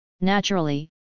Naturally